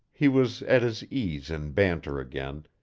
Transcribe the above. he was at his ease in banter again,